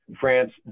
France